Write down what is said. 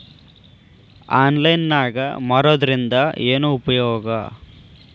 Online ನಾಗ್ ಮಾರೋದ್ರಿಂದ ಏನು ಉಪಯೋಗ?